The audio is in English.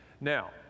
now